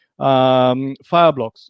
fireblocks